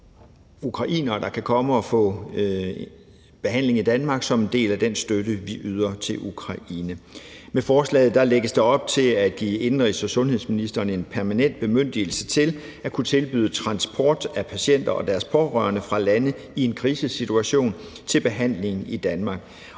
ukrainere kan komme og få behandling i Danmark, som en del af den støtte, vi yder til Ukraine. Med forslaget lægges der op til at give indenrigs- og sundhedsministeren en permanent bemyndigelse til at kunne tilbyde transport af patienter og deres pårørende fra lande i en krisesituation til behandling i Danmark.